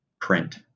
print